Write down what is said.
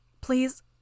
Please